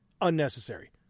unnecessary